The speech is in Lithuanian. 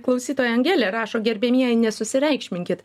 klausytoja angelė rašo gerbiamieji nesusireikšminkit